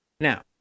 Now